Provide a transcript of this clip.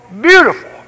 beautiful